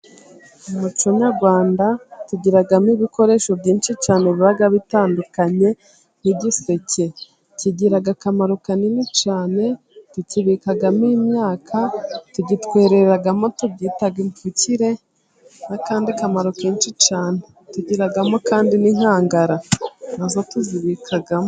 Mu muco Nyarwanda tugiramo ibikoresho byinshi cyane biga bitandukanye, nk'igiseke kigira akamaro kanini cyane, tukibikamo imyaka, tugitwereramo tubyita impfukire, n'akandi kamaro kenshi cyane, tugiramo kandi n'inkangara nazo tuzibikamo.